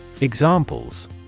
Examples